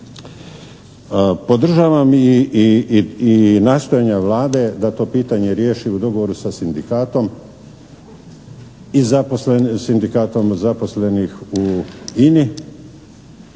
Podržavam i nastojanja Vlade da to pitanje riješi u dogovoru sa sindikatom i sindikatom zaposlenih u INI.